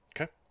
Okay